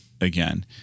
again